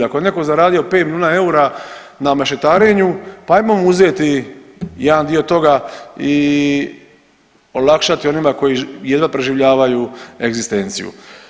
Ako je netko zaradio 5 milijuna eura na mešetarenju, pa ajmo mu uzeti jedan dio toga i olakšati onima koji jedva preživljavaju egzistenciju.